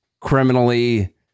criminally